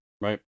Right